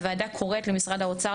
2. הוועדה קוראת למשרד האוצר,